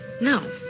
no